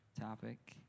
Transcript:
topic